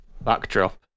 backdrop